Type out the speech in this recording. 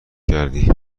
کردی